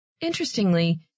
Interestingly